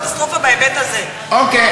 5 כפול 10%. עד 50%. ברור,